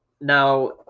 Now